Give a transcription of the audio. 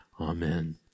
Amen